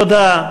תודה.